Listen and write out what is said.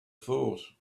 thought